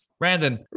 Brandon